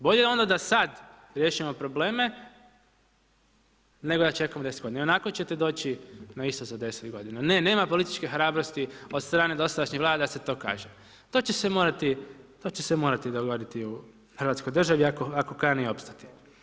Bolje onda da sada riješimo probleme, nego da čekamo 10 g. Ionako ćete doći na isto za 10 g. Ne, nema političke hrabrosti, od strane dosadašnjih vlada da se to kaže, to će se morati dogoditi u Hrvatskoj državi, ako kani opstati.